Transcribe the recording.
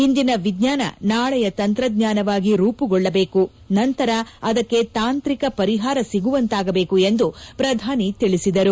ಇಂದಿನ ವಿಜ್ಞಾನ ನಾಳೆಯ ತಂತ್ರಜ್ಞಾನವಾಗಿ ರೂಪುಗೊಳ್ಳಬೇಕು ನಂತರ ಅದಕ್ಕೆ ತಾಂತ್ರಿಕ ಪರಿಹಾರ ಸಿಗುವಂತಾಗಬೇಕು ಎಂದು ಪ್ರಧಾನಿ ತಿಳಿಸಿದರು